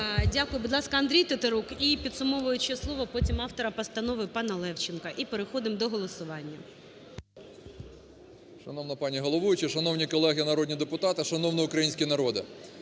Дякую. Будь ласка, Андрій Тетерук. І підсумовуєче слово потім автора постанови пана Левченка. І переходимо до голосування. 11:15:53 ТЕТЕРУК А.А. Шановна пані головуюча, шановні колеги народні депутати, шановний український народе!